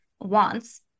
wants